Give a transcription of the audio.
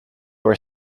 were